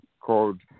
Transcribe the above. called